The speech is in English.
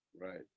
right